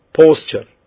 posture